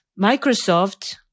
Microsoft